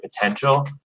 potential